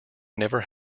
never